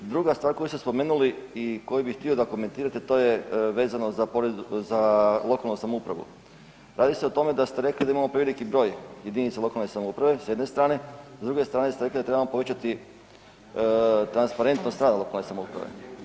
Druga stvar koju ste spomenuli i koju bih htio da komentirate to je vezano za lokalnu samoupravu, radi se o tome da ste rekli da preveliki broj jedinica lokalne samouprave s jedne strane, s druge strane ste rekli da trebamo povećati transparentnost rada lokalne samouprave.